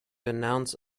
announce